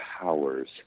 powers